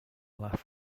laugh